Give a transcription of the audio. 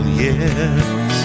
yes